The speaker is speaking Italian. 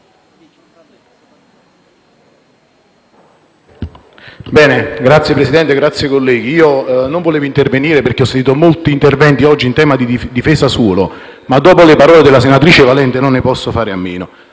Signor Presidente, colleghi, non volevo intervenire perché oggi ho sentito già molti interventi in tema di difesa del suolo, ma dopo le parole della senatrice Valente non ne posso fare a meno.